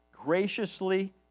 graciously